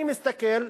אני מסתכל,